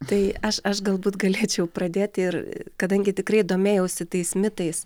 tai aš aš galbūt galėčiau pradėti ir kadangi tikrai domėjausi tais mitais